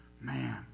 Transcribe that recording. man